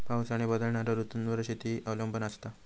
पाऊस आणि बदलणारो ऋतूंवर शेती अवलंबून असता